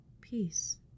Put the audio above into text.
peace